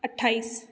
अठ्ठाइस